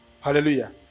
Hallelujah